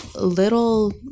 little